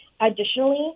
Additionally